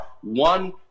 one